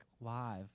live